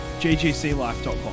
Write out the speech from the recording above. ggclife.com